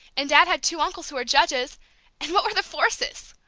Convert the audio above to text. and dad's had two uncles who were judges and what were the forsythes!